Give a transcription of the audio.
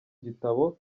gitabo